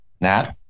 nat